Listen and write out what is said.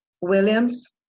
Williams